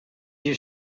you